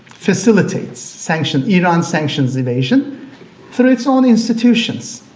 facilitates sanctions iran-sanctions evasion through its own institutions.